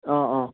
অঁ অঁ